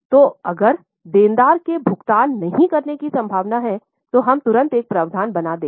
तो अगर देनदार क़े भुगतान नहीं करने की संभावना हैतो हम तुरंत एक प्रावधान बना देगा